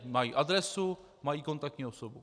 Mají adresu, mají kontaktní osobu.